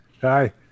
hi